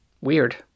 Weird